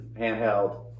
handheld